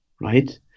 right